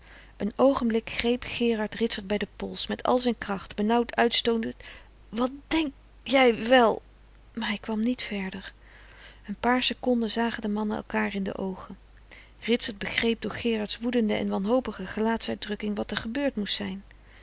een oogenblik greep gerard ritsert bij de pols met frederik van eeden van de koele meren des doods al zijn kracht benauwd uitstootend wat denk jij wel maar hij kwam niet verder een paar seconden zagen de mannen elkaar in de oogen ritsert begreep door gerard's woedende en wanhopige gelaatsuitdrukking wat er gebeurd moest zijn